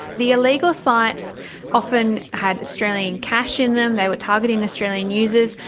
the illegal sites often had australian cash in them. they were targeting australian users.